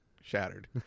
shattered